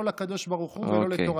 לא לקדוש ברוך הוא ולא לתורתו.